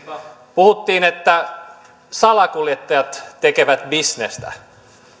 puhuttiin että salakuljettajat tekevät bisnestä